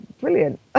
brilliant